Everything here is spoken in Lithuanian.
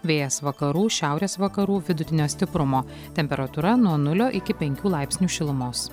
vėjas vakarų šiaurės vakarų vidutinio stiprumo temperatūra nuo nulio iki penkių laipsnių šilumos